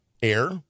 air